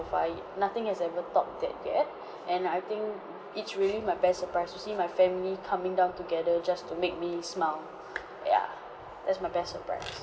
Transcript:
far y~ nothing has ever topped that yet and I think it's really my best surprise to see my family coming down together just to make me smile yeah that's my best surprise